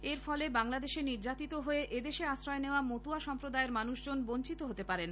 এরফলে বাংলাদেশে নির্যাতিত হয়ে এদেশে আশ্রয় নেওয়া মতুয়া সম্প্রদায়ের মানুষজন বঞ্চিত হতে পারেন